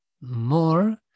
more